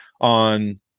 On